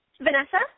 Vanessa